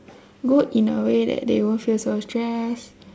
good in a way that they won't feel so stressed